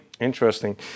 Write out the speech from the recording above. Interesting